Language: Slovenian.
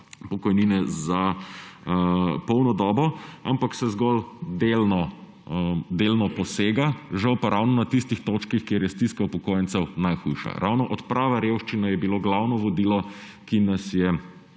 pokojnine za polno dobo, ampak se zgolj delno posega. Žal pa ravno na tistih točkah, kjer je stiska upokojencev najhujša. Ravno odprava revščine je bilo glavno vodilo, ki nas je